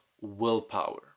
willpower